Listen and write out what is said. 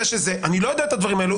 אני לא יודע את הדברים האלו.